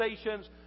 stations